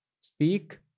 speak